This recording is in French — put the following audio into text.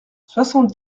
soixante